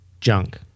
junk